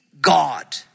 God